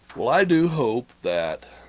well i do hope that